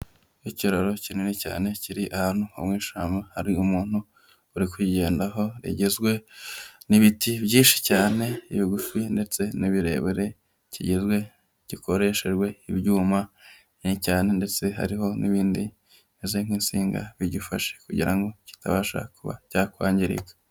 Ikiraro kinini cyane kiri ahantu ho mu ishyamba, hari umuntu uri kukigendaho, kigizwe n'ibiti byinshi cyane ibigufi ndetse n'ibirebire, kigizwe, gikoreshejwe ibyuma binini cyane, ndetse hariho n'ibindi bimeze nk'insinga bigifashe kugira ngo kitabasha kuba cyakwangirika.